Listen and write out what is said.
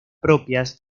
propias